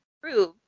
prove